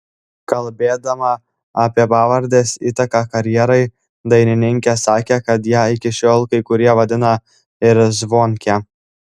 kalbėdama apie pavardės įtaką karjerai dainininkė sakė kad ją iki šiol kai kurie vadina ir zvonke